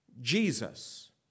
Jesus